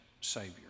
Savior